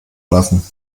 lassen